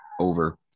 over